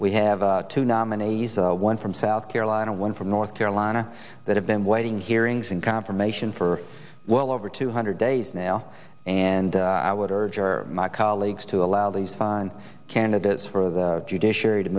we have two nominees one from south carolina one from north carolina that have been waiting hearings in confirmation for well over two hundred days now and i would urge your my colleagues to allow these fine candidates for the judiciary to